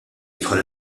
jidħol